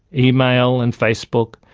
email, and facebook,